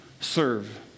serve